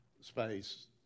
space